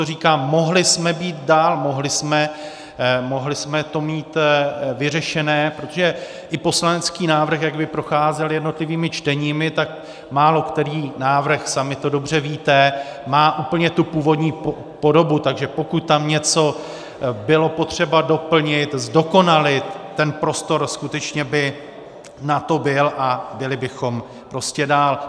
Proto říkám, mohli jsme být dál, mohli jsme to mít vyřešené, protože i poslanecký návrh, jak by procházel jednotlivými čteními, tak málokterý návrh, sami to dobře víte, má úplně tu původní podobu, takže pokud tam něco bylo potřeba doplnit, zdokonalit, ten prostor skutečně by na to byl a byli bychom prostě dál.